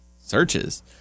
Searches